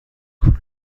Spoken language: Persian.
کلوب